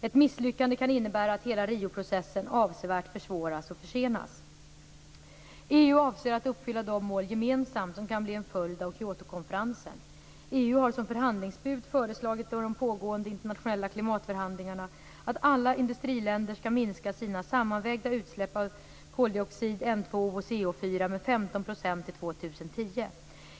Ett misslyckande kan innebära att hela Rioprocessen avsevärt försvåras och försenas. EU avser att uppfylla de mål gemensamt som kan bli en följd av Kyotokonferensen. EU har som förhandlingsbud föreslagit i de pågående internationella klimatförhandlingarna att alla industriländer skall minska sina sammanvägda utsläpp av CO2, N2O och CH4 med 15 % till år 2010.